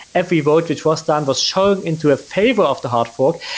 every votage was done, was shown into a favor of the hard fork,